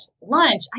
lunch